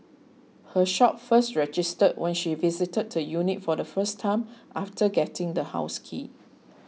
her shock first registered when she visited the unit for the first time after getting the house key